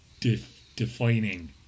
defining